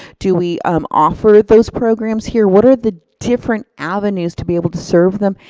do we um offer those programs here? what are the different avenues to be able to serve them?